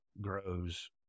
grows